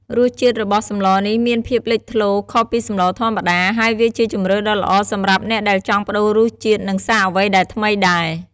រសជាតិរបស់សម្លនេះមានភាពលេចធ្លោខុសពីសម្លធម្មតា ហើយវាជាជម្រើសដ៏ល្អសម្រាប់អ្នកដែលចង់ប្តូររសជាតិ និងសាកអ្វីដែលថ្មីដែរ។